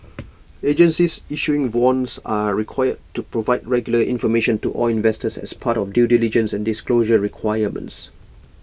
agencies issuing bonds are required to provide regular information to all investors as part of due diligence and disclosure requirements